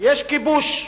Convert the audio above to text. יש כיבוש,